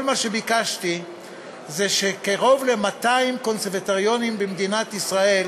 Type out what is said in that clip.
כל מה שביקשתי זה שקרוב ל-200 קונסרבטוריונים במדינת ישראל